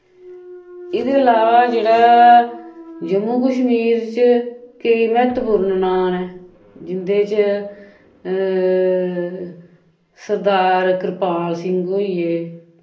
एह्दे अलावा जेह्ड़ा जम्मू कश्मीर च केईं मैह्त्वपूर्ण नां नै जिंदे च सरदार करपाल सिंह होई गे